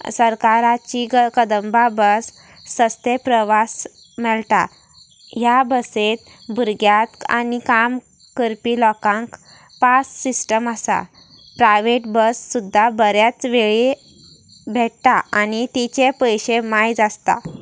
सरकाराची काय कदंबा बस सस्ते प्रवास मेळटा ह्या बसेत भुरग्याक आनी काम करपी लोकांक पास सिस्टम आसा प्रायवेट बस सुद्दा बऱ्याच वेळी भेटा आनी तिचे पयशे मायज आसता